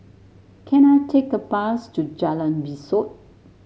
can I take a bus to Jalan Besut